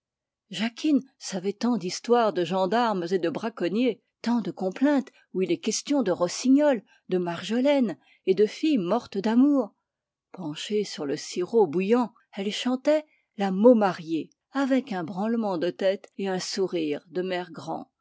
jacquine savait tant d'histoires de gendarmes et de braconniers tant de complaintes où il est question de rossignols de marjolaines et de filles mortes d'amour penchée sur le sirop bouillant elle chantait la maumariée avec un branlement de tête et un sourire de